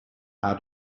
how